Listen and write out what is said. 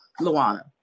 Luana